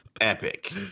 Epic